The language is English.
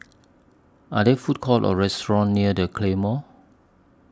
Are There Food Courts Or restaurants near The Claymore